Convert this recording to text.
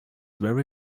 very